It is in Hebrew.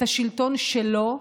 את השלטון שלו,